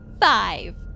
Five